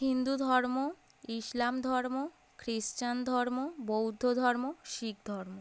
হিন্দু ধর্ম ইসলাম ধর্ম খ্রিস্টান ধর্ম বৌদ্ধ ধর্ম শিখ ধর্ম